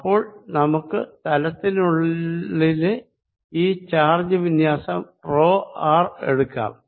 അപ്പോൾ നമുക്ക് തലത്തിനുള്ളിലെ ഈ ചാർജ് വിന്യാസം റോ ആർ എടുക്കാം